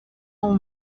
اون